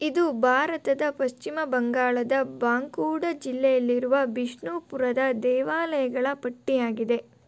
ಇದು ಭಾರತದ ಪಶ್ಚಿಮ ಬಂಗಾಳದ ಬಾಂಕುಡ ಜಿಲ್ಲೆಯಲ್ಲಿರುವ ಬಿಷ್ಣುಪುರದ ದೇವಾಲಯಗಳ ಪಟ್ಟಿಯಾಗಿದೆ